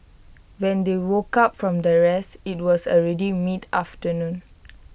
when they woke up from their rest IT was already mid afternoon